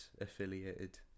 affiliated